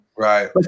Right